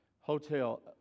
hotel